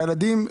הילדים,